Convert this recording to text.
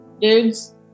dudes